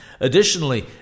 Additionally